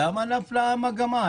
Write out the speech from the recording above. למה נפלה המגמה?